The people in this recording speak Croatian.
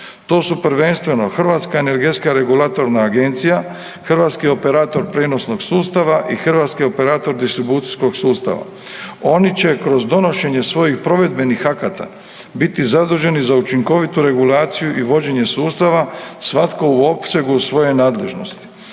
To su prvenstveno Hrvatska energetska regulatorna agencija, Hrvatski operator prijenosnog sustava i Hrvatski operator distribucijskog sustava. Oni će kroz donošenje svojih provedbenih akata biti zaduženi za učinkovitu regulaciju i vođenje sustava svatko u opsegu svoje nadležnosti.